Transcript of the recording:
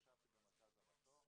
ישבתי במרכז המטוס,